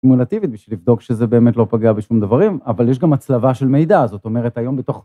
‫סימולטיבית בשביל לבדוק ‫שזה באמת לא פגע בשום דברים, ‫אבל יש גם הצלבה של מידע, ‫זאת אומרת, היום בתוך...